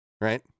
right